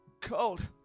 cold